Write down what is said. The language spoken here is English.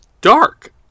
dark